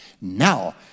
Now